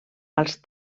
als